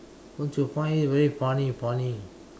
don't you find it very funny funny